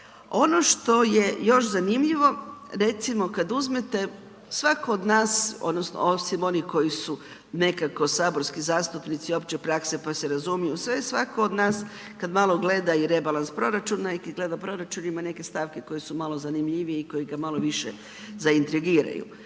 Ono što je još zanimljivo, recimo kad uzmete, svatko od nas, osim onih koji su nekako saborski zastupnici opće prakse pa se razumiju u sve, svatko od nas, kad malo gleda i rebalans proračuna i kad gleda proračun ima neke stavke koje su malo zanimljivije i koje ga malo više zaintrigiraju.